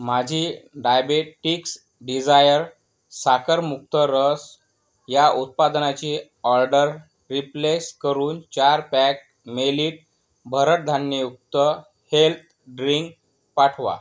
माझी diabetics desire साखरमुक्त रस या उत्पादनाची ऑर्डर रिप्लेस करून चार पॅक मेलिट भरडधान्ययुक्त हेल्थ ड्रिंक पाठवा